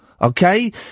Okay